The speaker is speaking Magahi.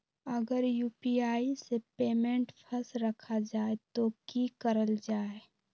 अगर यू.पी.आई से पेमेंट फस रखा जाए तो की करल जाए?